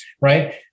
right